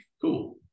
cool